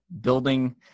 building